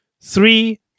three